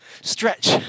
stretch